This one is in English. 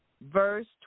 verse